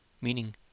Meaning